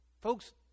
Folks